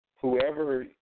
Whoever